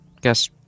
guess